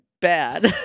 bad